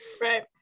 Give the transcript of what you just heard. right